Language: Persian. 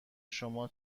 شما